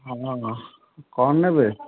ହଁ କ'ଣ ନେବେ